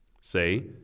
Say